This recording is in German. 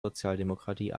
sozialdemokratie